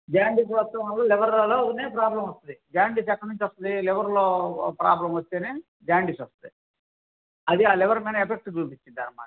jaundice వస్తం వల్ల లివర్లోనే ప్రాబ్లమ్ వస్తుంది జాండీస్ ఎక్కడ్నుంచొస్తుంది లివర్లో ప్రాబ్లం వస్తేనే జాండీస్ వస్తుంది అది ఆ లివర్ పైన ఎఫెక్ట్ చూపించిందనమాట